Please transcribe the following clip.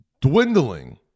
dwindling